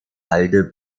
halde